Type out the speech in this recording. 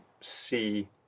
see